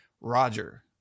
Roger